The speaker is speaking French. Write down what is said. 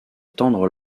tendre